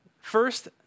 first